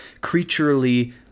creaturely